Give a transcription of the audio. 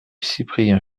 cyprien